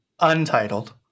Untitled